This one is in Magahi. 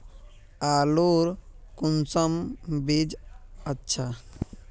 आलूर कुंसम बीज अच्छा?